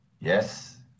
Yes